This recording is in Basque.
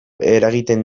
eragiten